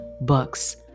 books